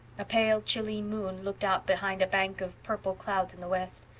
a pale chilly moon looked out behind a bank of purple clouds in the west.